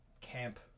camp